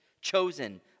chosen